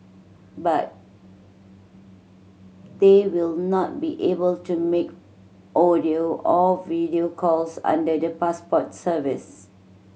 but they will not be able to make audio or video calls under the passport service